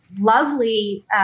lovely